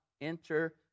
enter